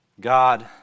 God